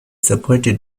supported